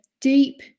deep